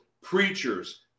preachers